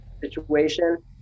situation